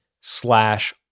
slash